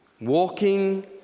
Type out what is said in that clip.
Walking